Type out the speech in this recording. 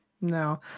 No